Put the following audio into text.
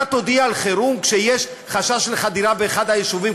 אתה תודיע על חירום כשיש חשש לחדירה באחד היישובים,